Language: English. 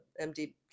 MD